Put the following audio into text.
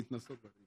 להתנסות.